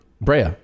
Brea